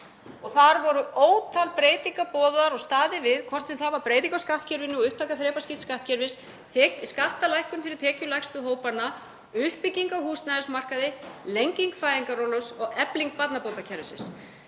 Þar voru ótal breytingar boðaðar og staðið við, hvort sem það var breyting á skattkerfinu og upptaka þrepaskipts skattkerfis, skattalækkun fyrir tekjulægstu hópana, uppbygging á húsnæðismarkaði, lenging fæðingarorlofs eða efling barnabótakerfisins.